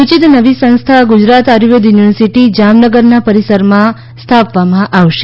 સૂચિત નવી સંસ્થા ગુજરાત આયુર્વેદ યુનિવર્સિટી જામનગરના પરિસરમાં સ્થાપવામાં આવશે